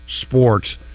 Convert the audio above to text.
sports